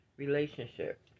Relationship